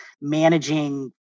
managing